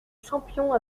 champions